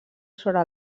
sobre